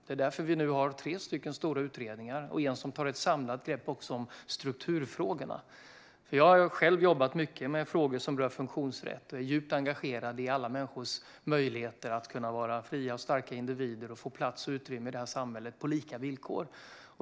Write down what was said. Det är därför vi nu har tre stora utredningar och en som tar ett samlat grepp även om strukturfrågorna. Jag har själv jobbat mycket med frågor som rör funktionsrätt och är djupt engagerad i alla människors möjligheter att vara fria och starka individer och få plats och utrymme i det här samhället på lika villkor.